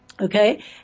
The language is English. Okay